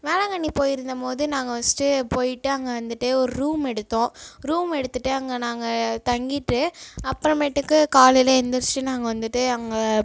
வேளாங்கண்ணி போயிருந்த போது நாங்கள் ஃபர்ஸ்ட்டு போயிட்டு அங்கே வந்துட்டு ஒரு ரூம் எடுத்தோம் ரூம் எடுத்துட்டு அங்கே நாங்கள் தங்கிட்டு அப்புறமேட்டுக்கு காலையில் எழுந்துருச்சி நாங்கள் வந்துட்டு அங்கே